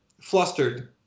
flustered